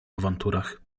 awanturach